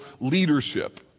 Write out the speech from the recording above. leadership